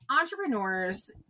entrepreneurs